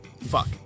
fuck